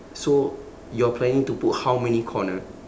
so you're planning to put how many corner